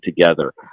together